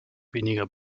weniger